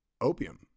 opium